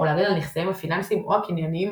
להגן על נכסיהם הפיננסיים או הקניינים,